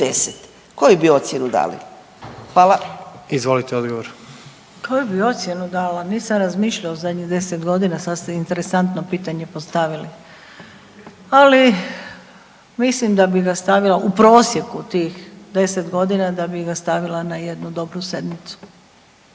**Hrvoj-Šipek, Zlata** Koju bi ocjenu dala? Nisam razmišljala o zadnjih 10 godina, sad ste interesantno pitanje postavili, ali mislim da bi ga stavila u prosjeku tih 10 godina, da bi ga stavila na jednu dobru 7-icu.